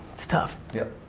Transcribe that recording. that's tough. yep.